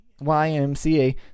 YMCA